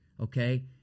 Okay